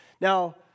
Now